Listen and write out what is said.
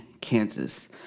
Kansas